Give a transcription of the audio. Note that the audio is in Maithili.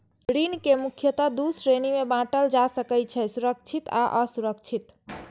ऋण कें मुख्यतः दू श्रेणी मे बांटल जा सकै छै, सुरक्षित आ असुरक्षित